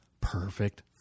Perfect